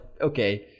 okay